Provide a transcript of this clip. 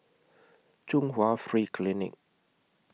Chung Hwa Free Clinic